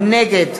נגד